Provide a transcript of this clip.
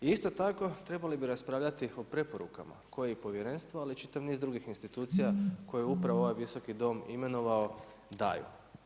I isto tako trebali bi raspravljati o preporukama koje i povjerenstvo ali i čitav niz drugih institucija koje je upravo ovaj Visoki dom imenovao daju.